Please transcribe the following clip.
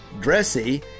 dressy